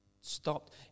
stopped